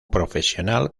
profesional